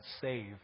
save